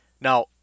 now